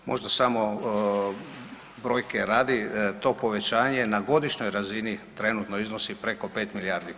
Možda samo brojke radi, to povećanje na godišnjoj razini trenutno iznosi preko 5 milijardi kuna.